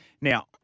Now